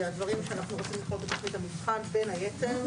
זה הדברים שאנחנו רוצים לכלול בתכנית המבחן בין היתר.